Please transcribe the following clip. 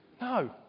No